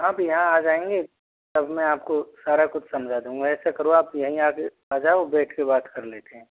आप यहाँ आ जाएंगे तब मैं आपको सारा कुछ समझा दूँगा ऐसा करो आप यहीं आकर आ जाओ बैठ कर बात कर लेते हैं